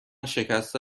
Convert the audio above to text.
شکسته